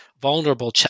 vulnerable